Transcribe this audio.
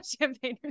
Champagne